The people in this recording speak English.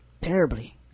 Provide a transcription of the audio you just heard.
Terribly